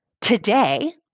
Today